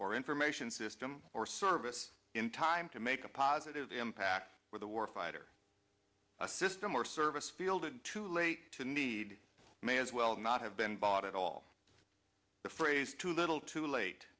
or information system or service in time to make a positive impact for the war fighter system or service field and too late to need may as well not have been bought at all the phrase too little too late